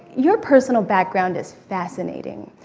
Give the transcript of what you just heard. your personal background is fascinating.